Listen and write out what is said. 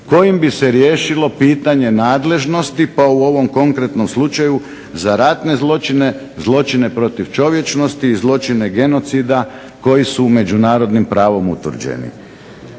kojim bi se riješilo pitanje nadležnosti, pa u ovom konkretnom slučaju, za ratne zločine, zločine protiv čovječnosti i zločine genocida koji su međunarodnim pravom utvrđeni.